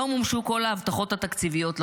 לא מומשו כל ההבטחות התקציביות לחרדים,